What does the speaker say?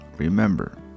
Remember